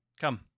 Come